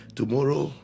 tomorrow